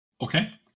Okay